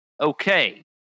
Okay